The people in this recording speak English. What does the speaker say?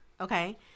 Okay